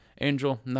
Angel